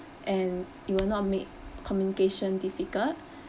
and it will not make communication difficult